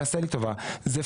תעשה לי טובה, זה פייק.